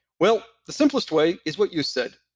well, the simplest way is what you said.